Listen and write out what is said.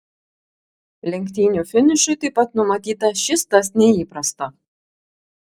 lenktynių finišui taip pat numatyta šis tas neįprasto